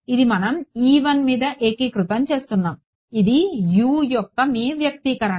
ఇది మనం మీద ఏకీకృతం చేస్తున్నాము ఇది u యొక్క మీ వ్యక్తీకరణ